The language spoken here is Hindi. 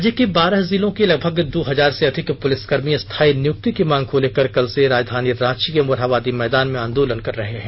राज्य के बारह जिलों के लगभग दो हजार से अधिक पुलिसकर्मी स्थायी नियुक्ति की मांग को लेकर कल से राजधानी रांची के मोराहाबादी मैदान में आंदोलन कर रहे हैं